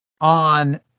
on